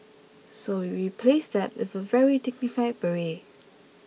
so we replaced that with a very dignified beret